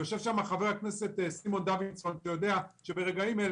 יושב שם חבר הכנסת דוידסון שיודע שברגעים אלו